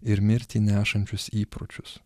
ir mirtį nešančius įpročius